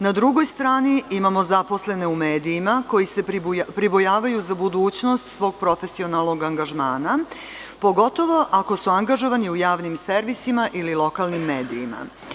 Na drugoj strani imamo zaposlene u medijima koji se pribojavaju za budućnost svog profesionalnog angažmana, pogotovo ako su angažovani u javnim servisima ili lokalnim medijima.